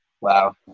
Wow